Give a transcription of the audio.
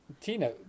Tina